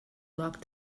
luck